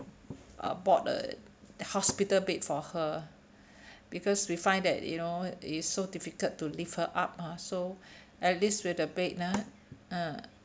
uh bought a hospital bed for her because we find that you know it's so difficult to lift her up ah so at least with the bed ah ah